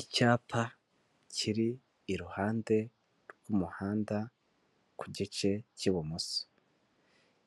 Icyapa kiri iruhande rw'umuhanda ku gice cy'ibumoso